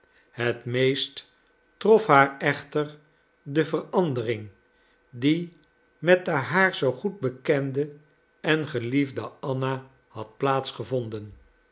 het meest trof haar echter de verandering die met de haar zoo goed bekende en geliefde anna had